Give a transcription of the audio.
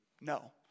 No